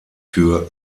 für